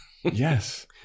Yes